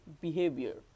behavior